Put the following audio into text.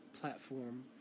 platform